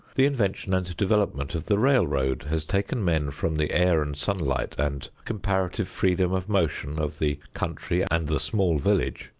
the invention and development of the railroad has taken men from the air and sunlight and comparative freedom of motion of the country and the small village,